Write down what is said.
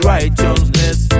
Righteousness